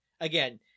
Again